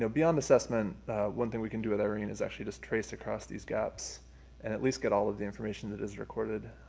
beyond assessment one thing we can do with irene is actually just trace across these gaps and at least get all of the information that is recorded.